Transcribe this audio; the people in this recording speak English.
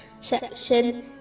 section